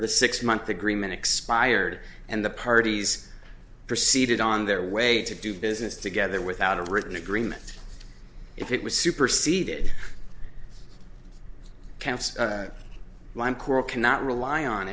the six month agreement expired and the parties proceeded on their way to do business together without a written agreement if it was superceded line coral cannot rely on